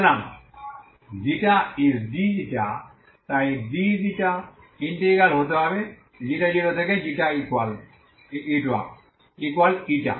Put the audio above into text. সুতরাং ξis dξ তাই dξ integral হতে হবে 0 থেকে ξ ইকুয়াল η